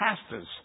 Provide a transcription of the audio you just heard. pastors